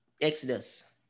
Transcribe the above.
Exodus